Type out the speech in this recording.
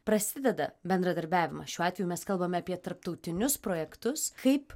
prasideda bendradarbiavimas šiuo atveju mes kalbame apie tarptautinius projektus kaip